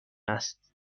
است